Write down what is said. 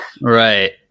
Right